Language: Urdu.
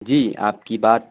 جی آپ کی بات